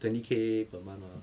twenty K per month mah